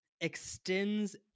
extends